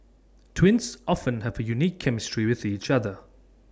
twins often have A unique chemistry with each other